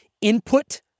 input